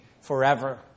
forever